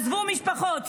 עזבו משפחות,